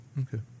Okay